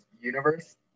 universe